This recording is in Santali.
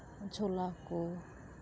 ᱪᱷᱚᱞᱟ ᱠᱚ